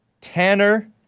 Tanner